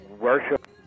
worship